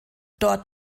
dort